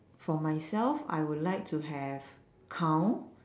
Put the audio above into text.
for myself I would like to have cow